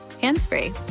hands-free